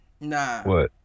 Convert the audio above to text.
Nah